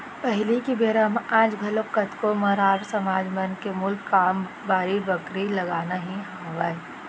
पहिली के बेरा म आज घलोक कतको मरार समाज मन के मूल काम बाड़ी बखरी लगाना ही हावय